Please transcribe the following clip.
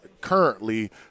currently